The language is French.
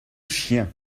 chien